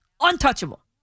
Untouchable